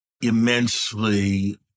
immensely